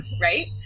right